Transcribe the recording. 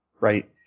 right